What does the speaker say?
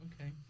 Okay